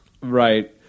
Right